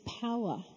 power